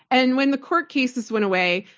and when the court cases went away,